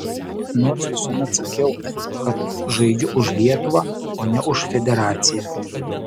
nors visuomet sakiau kad žaidžiu už lietuvą o ne už federaciją